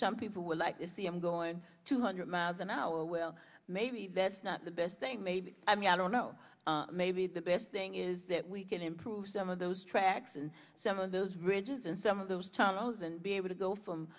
some people would like to see i'm going to hundred miles an hour well maybe that's not the best thing maybe i mean i don't know maybe the best thing is that we can improve some of those tracks and some of those bridges and some of those tunnels and be able to go from